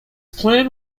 plan